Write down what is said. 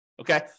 okay